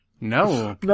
No